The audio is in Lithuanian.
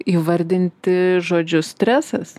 įvardinti žodžiu stresas